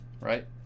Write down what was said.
right